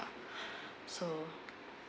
so